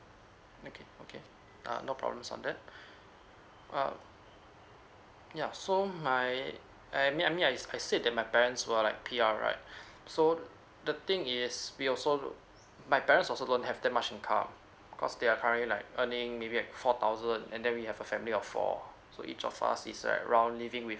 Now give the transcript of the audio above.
okay okay uh no problems on that uh yeah so my I mean I mean I s~ I said that my parents were like P_R right so the thing is we also my parents also don't have that much income cause their currently like earning maybe like four thousand and then we have a family of four so each of us is around living with